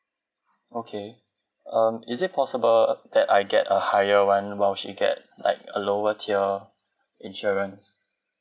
okay um is it possible that I get a higher [one] while she get like a lower tier insurance